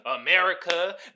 America